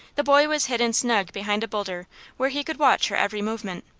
the boy was hidden snug behind a boulder where he could watch her every movement.